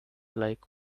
like